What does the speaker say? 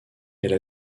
elle